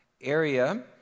area